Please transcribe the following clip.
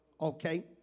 Okay